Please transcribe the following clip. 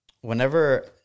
whenever